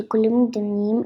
שיקולים מדיניים,